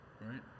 Right